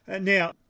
Now